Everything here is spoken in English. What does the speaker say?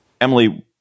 Emily